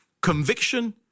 conviction